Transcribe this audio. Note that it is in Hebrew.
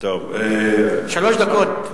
שלוש דקות.